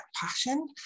passion